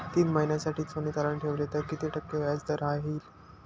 तीन महिन्यासाठी सोने तारण ठेवले तर किती टक्के व्याजदर राहिल?